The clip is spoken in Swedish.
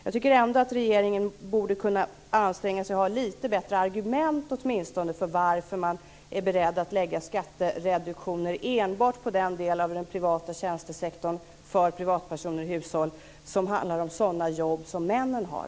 Jag tycker ändå att regeringen borde kunna anstränga sig och åtminstone ha litet bättre argument för varför man är beredd att lägga skattereduktioner för privatpersoner och hushåll enbart på den del av den privata tjänstesektorn som handlar om sådana jobb som männen har.